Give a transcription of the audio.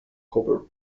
cover